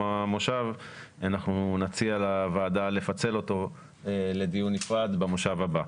המושב אנחנו נציע לוועדה לפצל אותו לדיון נפרד במושב הבא.